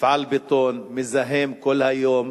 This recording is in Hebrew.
מפעל בטון מזהם כל היום,